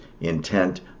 intent